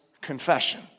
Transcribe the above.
confession